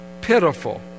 pitiful